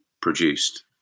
produced